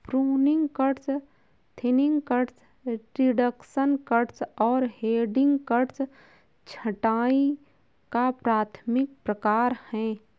pruning cuts, thinning cuts, reduction cuts और heading cuts छंटाई का प्राथमिक प्रकार हैं